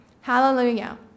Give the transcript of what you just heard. Hallelujah